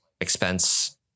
expense